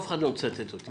ואף אחד לא מצטט אותי.